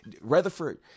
Rutherford